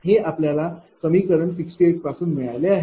हे आपल्याला समीकरण 68 पासून मिळाले आहे आहे